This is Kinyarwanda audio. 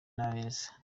n’abeza